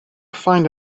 find